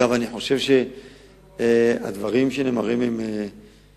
אגב, אני חושב שהדברים שנאמרים הם צודקים.